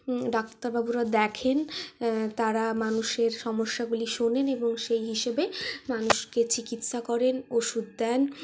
ডাক্তারবাবুরা দেখেন তারা মানুষের সমস্যাগুলি শোনেন এবং সেই হিসেবে মানুষকে চিকিৎসা করেন ওষুধ দেন